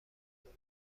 لباس